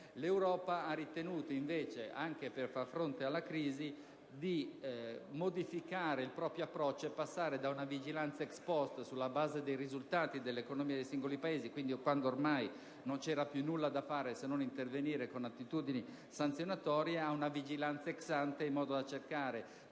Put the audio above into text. invece, ha ritenuto, anche per far fronte alla crisi, di modificare il proprio approccio e passare da una vigilanza *ex post*, sulla base dei risultati dell'economia dei singoli Paesi (quando cioè ormai non c'era più nulla da fare, se non intervenire con un'attitudine sanzionatoria), ad una vigilanza *ex ante*, per evitare